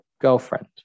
girlfriend